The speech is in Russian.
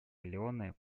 леоне